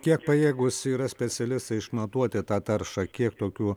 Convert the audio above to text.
kiek pajėgūs yra specialistai išmatuoti tą taršą kiek tokių